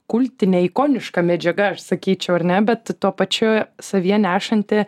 kultinė ikoniška medžiaga aš sakyčiau ar ne bet tuo pačiu savyje nešanti